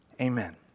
amen